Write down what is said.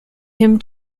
him